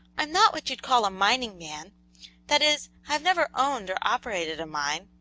i'm not what you call a mining man that is, i've never owned or operated a mine,